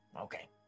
Okay